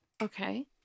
okay